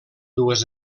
dues